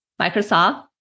Microsoft